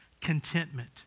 contentment